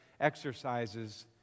exercises